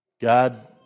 God